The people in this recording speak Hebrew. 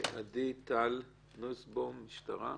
עדי טל נוסבוים, משטרה.